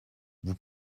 vous